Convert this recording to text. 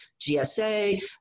GSA